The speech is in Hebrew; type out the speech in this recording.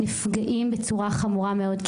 נפגעים בצורה חמורה מאוד.